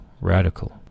Radical